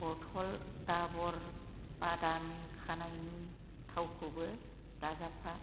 बथल दाबर बादामि खानाइनि थावखौबो दाजाबफा